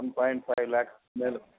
one point five lakhs மேலே